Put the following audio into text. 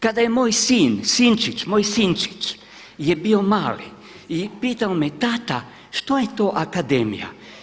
Kada je moj sin, sinčić, moj sinčić je bio mali i pitao me: Tata, što je to akademija.